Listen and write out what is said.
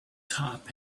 top